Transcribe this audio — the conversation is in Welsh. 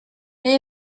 neu